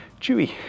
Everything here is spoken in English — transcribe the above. Chewy